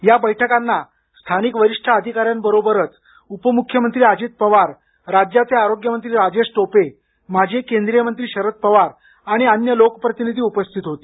या बैठकांना स्थानिक वरिष्ठ अधिकाऱ्यांबरोबरच उपमुख्यमंत्री अजित पवार राज्याचे आरोग्य मंत्री राजेश टोपे माजी केंद्रीय मंत्री शरद पवार आणि अन्य लोकप्रतिनिधी उपस्थित होते